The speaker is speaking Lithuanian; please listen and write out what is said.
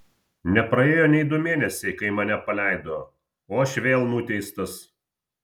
nepraėjo nei du mėnesiai kai mane paleido o aš vėl nuteistas